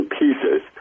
pieces